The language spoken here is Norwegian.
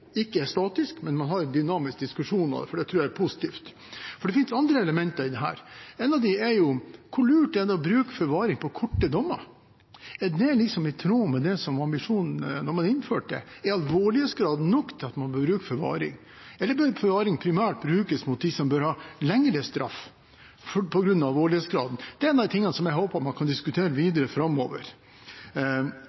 statisk, men noe man har en dynamisk diskusjon om. Det tror jeg er positivt. Det finnes andre elementer i dette. Et av dem er: Hvor lurt er det å bruke forvaring når det gjelder korte dommer? Er det i tråd med det som var ambisjonen da man innførte det? Er alvorlighetsgraden nok til at man bør bruke forvaring, eller bør forvaring primært brukes for dem som bør ha lengre straff på grunn av alvorlighetsgraden? Det er en av tingene som jeg håper man kan diskutere